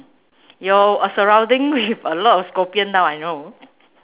your uh surrounding with a lot of scorpion now I know